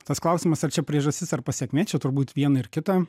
tas klausimas ar čia priežastis ar pasekmė čia turbūt viena ir kita